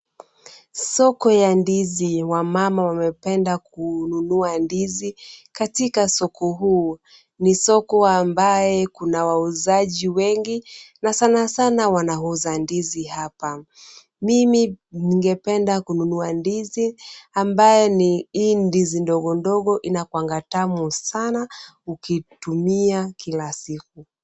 Soko la ndizi wamama wamependa kununua ndizi katika soko huu. Ni soko ambaye kuna wauzaji wengi na sana sana wanauza ndizi hapa. Mimi ningependa kununua ndizi ambaye ni hii ndizi ndogo ndogo inakuwanga tamu sana ukiitumia kila siku.